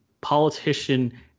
politician